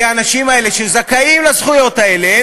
כי האנשים האלה שזכאים לזכויות האלה,